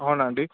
అవునండి